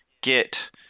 get